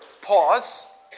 Pause